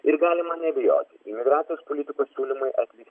ir galima neabejoti imigracijos politikos siūlymai atlik